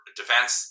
defense